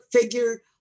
figure